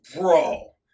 Bro